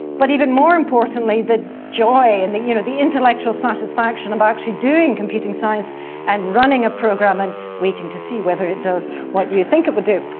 but even more importantly the joy and the you know the intellectual satisfaction of actually doing computing science and running a program and waiting to see whether it does what you think it would do.